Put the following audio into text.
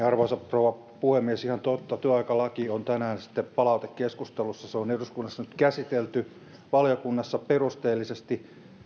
arvoisa rouva puhemies ihan totta työaikalaki on tänään sitten palautekeskustelussa se on eduskunnassa nyt käsitelty valiokunnassa perusteellisesti